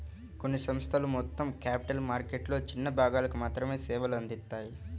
కొన్ని సంస్థలు మొత్తం క్యాపిటల్ మార్కెట్లలో చిన్న భాగాలకు మాత్రమే సేవలు అందిత్తాయి